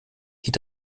geht